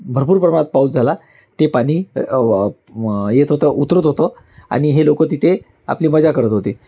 भरपूर प्रमाणात पाऊस झाला ते पाणी व येत होतं उतरत होतं आणि हे लोकं तिथे आपली मजा करत होते